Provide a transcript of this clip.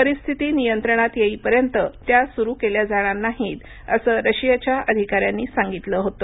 परिस्थिती नियंत्रणात येईपर्यंत त्या सुरू केल्या जाणार नाहीत असं रशियाच्या अधिकाऱ्यांनी सांगितलं होतं